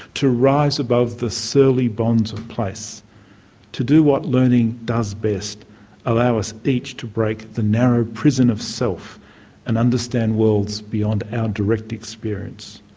to rise above the surly bonds of place to do what learning does best allow us each to break the narrow prison of self and understand worlds beyond our direct experience.